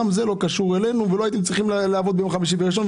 גם הן לא קשורות אלינו ולא היינו צריכים לעבוד בחמישי וראשון,